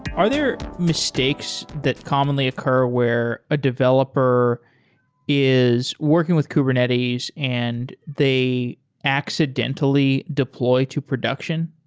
are there mistakes that commonly occur where a developer is working with kubernetes and they accidentally deployed to production?